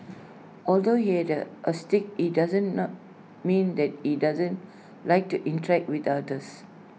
although he is the autistic IT does not mean that he doesn't like to interact with others